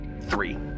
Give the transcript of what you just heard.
three